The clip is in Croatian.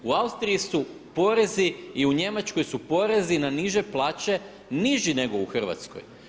U Austriji su porezi i u Njemačkoj su porezi na niže plaće niži nego u Hrvatskoj.